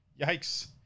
Yikes